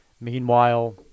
Meanwhile